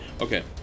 Okay